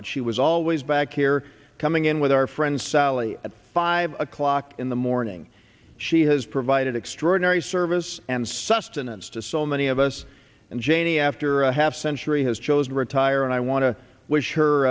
but she was always back here coming in with our friend sally at five o'clock in the morning she has provided extraordinary service and sustenance to so many of us and janie after a half century has chosen retire and i want to wish